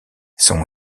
son